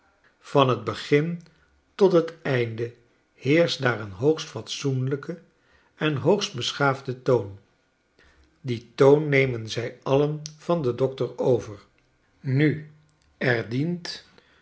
van r t begin tot het einde heerscht daar een hoogst fatsoenlijke en hoogst beschaafde toon dien toon nemen zij alien van den dokter over nu er dient